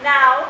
Now